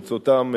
ברצותם,